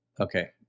Okay